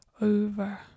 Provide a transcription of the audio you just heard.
over